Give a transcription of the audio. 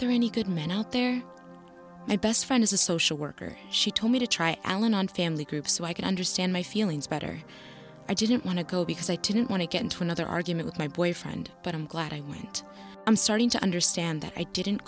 many good men out there my best friend is a social worker she told me to try alan on family groups so i can understand my feelings better i didn't want to go because i didn't want to get into another argument with my boyfriend but i'm glad i went i'm starting to understand that i didn't